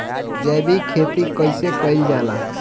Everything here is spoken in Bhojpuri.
जैविक खेती कईसे कईल जाला?